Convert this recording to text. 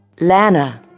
Lana